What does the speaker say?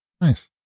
nice